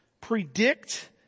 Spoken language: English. predict